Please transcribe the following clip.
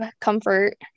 comfort